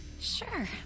Sure